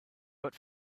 but